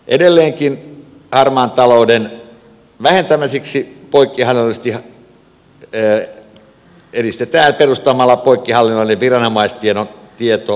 edelleenkin harmaan talouden vähentämistä edistetään perustamalla poikkihallinnollinen viranomaistietolähdejärjestelmä